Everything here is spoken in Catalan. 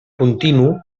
continu